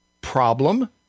problem